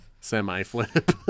semi-flip